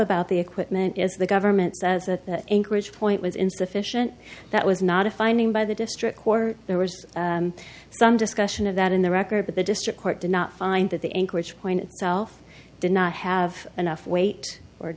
about the equipment is the government says that anchorage point was insufficient that was not a finding by the district court there was some discussion of that in the record but the district court did not find that the anchorage point itself did not have enough weight or